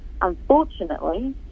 unfortunately